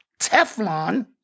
Teflon